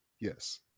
Yes